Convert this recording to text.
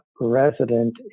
resident